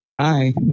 Hi